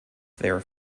their